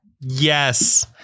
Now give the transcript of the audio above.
Yes